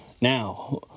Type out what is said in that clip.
Now